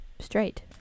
straight